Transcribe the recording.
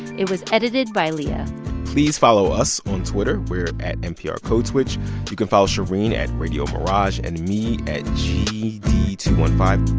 it was edited by leah please follow us on twitter. we're at nprcodeswitch. you can follow shereen at radiomirage and me at g d two one five.